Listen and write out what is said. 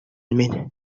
منه